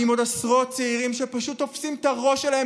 ועם עוד עשרות צעירים שפשוט תופסים את הראש שלהם